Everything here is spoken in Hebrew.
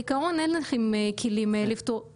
בעיקרון אין לכם את הכלים לפתור את זה?